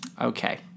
Okay